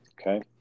Okay